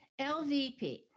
LVP